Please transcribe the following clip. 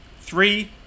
three